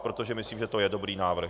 Protože myslím, že to je dobrý návrh.